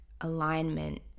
alignment